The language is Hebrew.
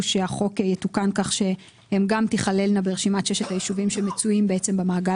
שהחוק יתוקן כך שגם הן תיכללנה ברשימת ששת היישובים שמצויים במעגל